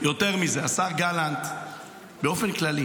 יותר מזה, השר גלנט באופן כללי